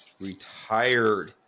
retired